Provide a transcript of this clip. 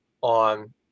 on